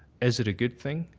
is it a good thing?